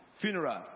funeral